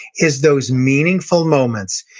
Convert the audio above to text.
is those meaningful moments.